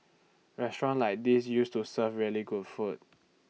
restaurants like these used to serve really good food